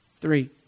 Three